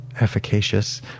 efficacious